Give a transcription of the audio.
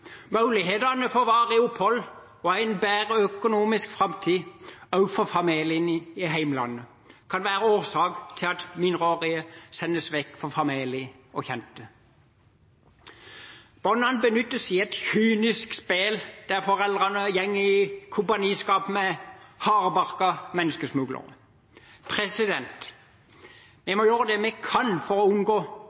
Muligheten for varig opphold og en bedre økonomisk framtid også for familien i hjemlandet kan være årsaken til at mindreårige sendes vekk fra familie og kjente. Barna benyttes i et kynisk spill der foreldrene går i kompaniskap med hardbarkede menneskesmuglere. Vi må gjøre det vi kan for å unngå